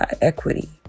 equity